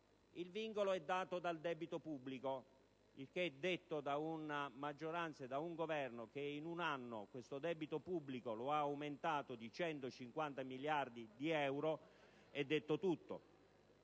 Il vincolo è dato dal debito pubblico, e, detto da una maggioranza e da un Governo che in un anno lo hanno aumentato di 150 miliardi di euro, è detto tutto.